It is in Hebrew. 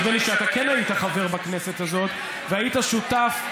נדמה לי שאתה כן היית חבר בכנסת הזאת והיית שותף.